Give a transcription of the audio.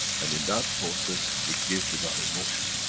and in that process we give with our emotion.